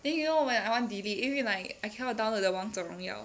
then you know when I want delete 因为 like I cannot download the 王者荣耀